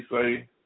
say